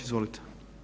Izvolite.